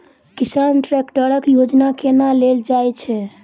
किसान ट्रैकटर योजना केना लेल जाय छै?